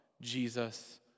Jesus